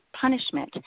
punishment